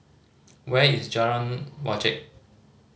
where is Jalan Wajek